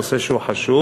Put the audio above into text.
נושא שהוא חשוב.